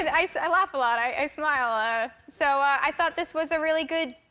and i so i laugh a lot. i smile. ah so i thought this was a really good,